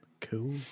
Cool